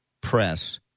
press